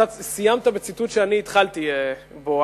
סיימת בציטוט שאני התחלתי בו,